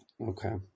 Okay